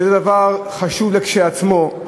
שזה דבר חשוב כשלעצמו.